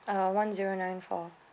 ah one zero nine four